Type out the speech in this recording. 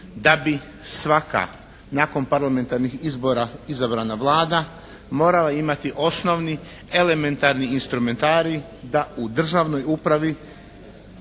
da bi svaka nakon parlamentarnih izbora izabrana Vlada morala imati osnovni elementarni instrumentarij da u državnoj upravi